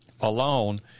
alone